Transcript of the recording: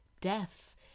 deaths